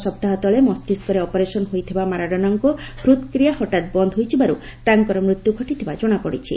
ଏକ ସପ୍ତାହ ତଳେ ମସ୍ତିଷ୍କରେ ଅପରେସନ୍ ହୋଇଥିବା ମାରାଡୋନାଙ୍କ ହୃଦ୍କ୍ରିୟା ହଠାତ୍ ବନ୍ଦ ହୋଇଯିବାରୁ ତାଙ୍କର ମୃତ୍ୟୁ ଘଟିଥିବା ଜଣାପଡ଼ିଛି